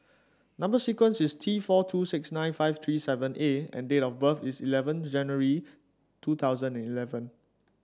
number sequence is T four two six nine five three seven A and date of birth is eleven January two thousand eleven